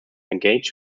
engage